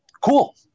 cool